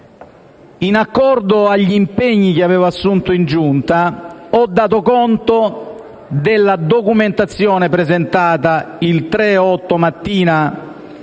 in accordo agli impegni che avevo assunto in Giunta, ho dato conto della documentazione presentata il 3 agosto mattina